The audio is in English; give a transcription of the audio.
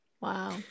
wow